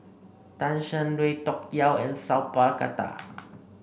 Tan Shen Lui Tuck Yew and Sat Pal Khattar